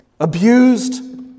abused